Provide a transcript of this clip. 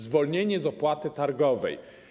Zwolnienie z opłaty targowej.